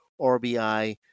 RBI